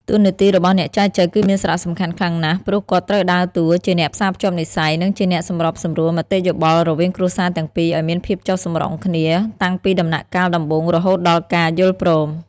តួនាទីរបស់អ្នកចែចូវគឺមានសារៈសំខាន់ខ្លាំងណាស់ ព្រោះគាត់ត្រូវដើរតួជាអ្នកផ្សារភ្ជាប់និស្ស័យ និងជាអ្នកសម្របសម្រួលមតិយោបល់រវាងគ្រួសារទាំងពីរឱ្យមានភាពចុះសម្រុងគ្នា តាំងពីដំណាក់កាលដំបូងរហូតដល់ការយល់ព្រម។